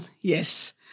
yes